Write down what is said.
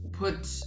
Put